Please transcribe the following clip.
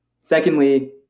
Secondly